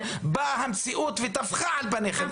באה המציאות וטפחה על פניכם.